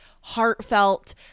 heartfelt